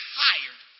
hired